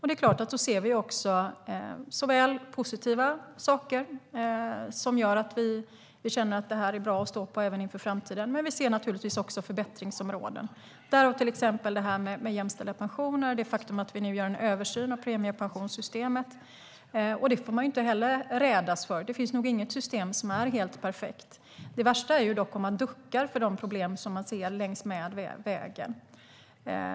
Det är klart att vi då ser såväl positiva saker, som gör att vi känner att detta är bra att stå på även inför framtiden, som förbättringsområden. Det handlar till exempel om jämställda pensioner och det faktum att vi nu gör en översyn av premiepensionssystemet. Det får man inte heller rädas; det finns nog inget system som är helt perfekt. Det värsta är dock om man duckar för de problem som man ser längs med vägen.